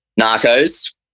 Narcos